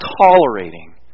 tolerating